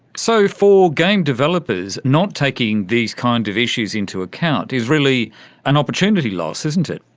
so for game developers, not taking these kind of issues into account is really an opportunity loss, isn't it.